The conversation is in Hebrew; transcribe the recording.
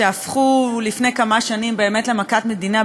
שהפכו לפני כמה שנים באמת למכת מדינה,